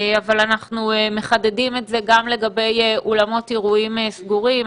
אבל אנחנו מחדדים את זה גם לגבי אולמות אירועים סגורים,